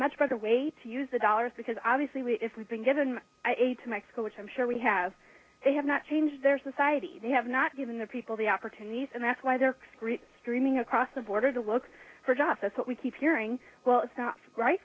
much better way to use the dollars because obviously if we've been given to mexico which i'm sure we have they have not changed their society they have not given the people the opportunities and that's why they're streaming across the border to look for jobs that's what we keep hearing well it's not right